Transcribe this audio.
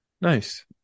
Nice